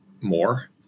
more